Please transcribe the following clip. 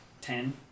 ten